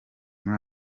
muri